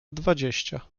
dwadzieścia